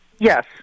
Yes